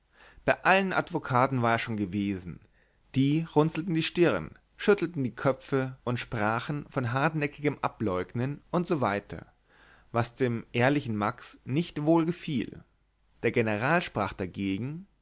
bei allen advokaten war er schon gewesen die runzelten die stirn schüttelten die köpfe und sprachen von hartnäckigem ableugnen usw was dem ehrlichen max nicht wohlgefiel der general sprach dagegen